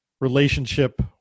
relationship